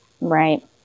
Right